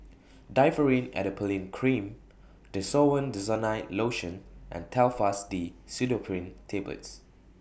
Differin Adapalene Cream Desowen Desonide Lotion and Telfast D Pseudoephrine Tablets